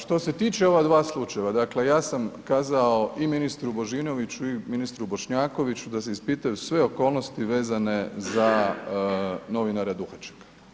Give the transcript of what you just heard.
Što se tiče ova dva slučajeva, dakle, ja sam kazao i ministru Božinoviću i ministru Bošnjakoviću da se ispitaju sve okolnosti vezane za novinara Duhačeka.